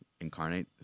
incarnate